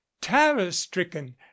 terror-stricken